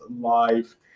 live